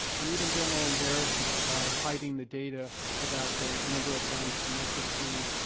and even general embarrassment by hiding the data about the number of guns connected to